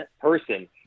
person